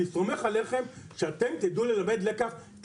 אני סומך עליכם שאתם תדעו ללמד לקח את